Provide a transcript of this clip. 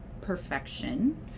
perfection